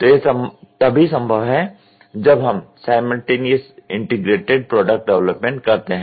तो यह तभी संभव है जब हम साइमल्टेनियस इंटीग्रेटेड प्रोडक्ट डेवलपमेंट करते हैं